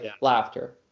laughter